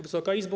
Wysoka Izbo!